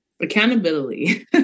accountability